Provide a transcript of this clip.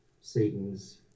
Satan's